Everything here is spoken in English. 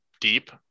deep